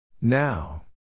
Now